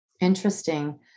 Interesting